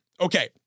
Okay